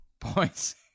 points